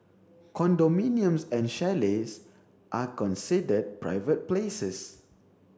condominiums and chalets are considered private places